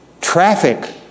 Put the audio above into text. traffic